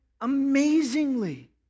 amazingly